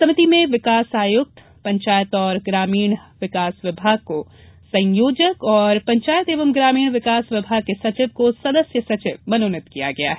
समिति में विकास आयुक्त पंचायत और ग्रामीण विकास विभाग को संयोजक तथा पंचायत एवं ग्रामीण विकास विभाग के सचिव को सदस्य सचिव मनोनीत किया गया है